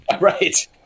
Right